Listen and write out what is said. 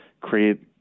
create